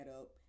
up